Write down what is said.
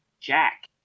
Jack